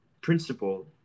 principle